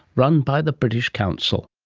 run by the british council